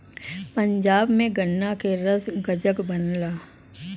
पंजाब में गन्ना के रस गजक बनला